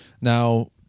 now